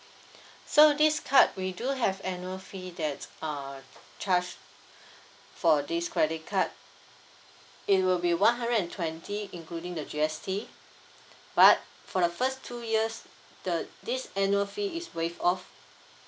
so this card we do have annual fee that uh charge for this credit card it will be one hundred and twenty including the G_S_T but for the first two years the this annual fee is waived off